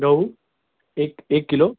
गहू एक एक किलो